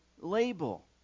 label